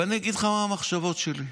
ואני אגיד לך מה המחשבות שלי,